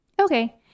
Okay